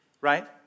right